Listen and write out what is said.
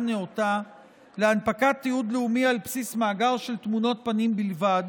נאותה להנפקת תיעוד לאומי על בסיס מאגר של תמונות פנים בלבד